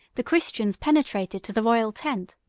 the christians penetrated to the royal tent.